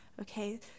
Okay